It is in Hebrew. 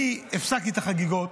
אני הפסקתי את החגיגות,